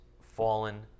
fallen